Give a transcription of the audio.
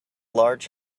large